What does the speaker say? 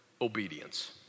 obedience